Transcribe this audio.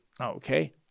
Okay